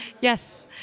Yes